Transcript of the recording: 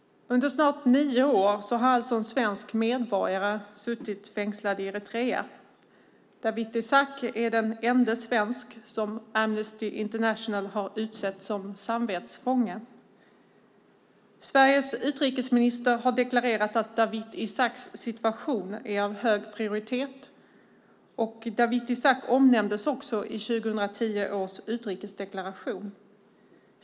Under snart nio år har alltså en svensk medborgare suttit fängslad i Eritrea. Dawit Isaak är den ende svensk som Amnesty International har utsett till samvetsfånge. Sveriges utrikesminister har deklarerat att Dawit Isaaks situation har hög prioritet. Dawit Isaak omnämndes också i 2010 års utrikesdeklaration.